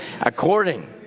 According